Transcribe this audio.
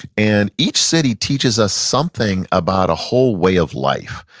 and each city teaches us something about a whole way of life.